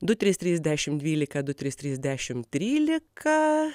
du trys trys dešim dvylika du trys trys dešim trylika